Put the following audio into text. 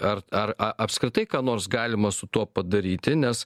ar ar a apskritai ką nors galima su tuo padaryti nes